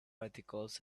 articles